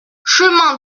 chemin